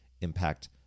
impact